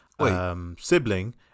sibling